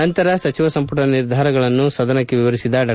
ನಂತರ ಸಚಿವ ಸಂಮಟದ ನಿರ್ಧಾರಗಳನ್ನು ಸದನಕ್ಕೆ ವಿವರಿಸಿದ ಡಾ